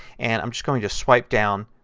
and i'm just going to swipe down